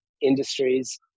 industries